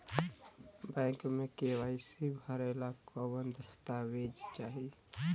Bank मे KYC भरेला कवन दस्ता वेज लागी?